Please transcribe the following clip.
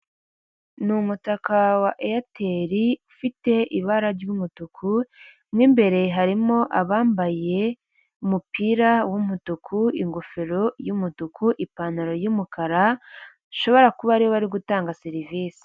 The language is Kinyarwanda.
Ni umutaka wa eyateri ufite ibara ry'umutuku mu imbere harimo abambaye umupira w'umutuku ingofero y'umutuku ipantaro y'umukara bashobora kuba ari bo bari gutanga serivisi.